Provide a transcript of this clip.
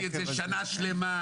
בדקתי את זה במשך שנה שלמה.